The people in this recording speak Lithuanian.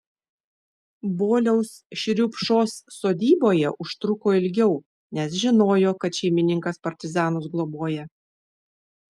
boliaus šriupšos sodyboje užtruko ilgiau nes žinojo kad šeimininkas partizanus globoja